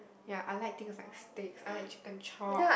ya like things like steaks I like chicken chop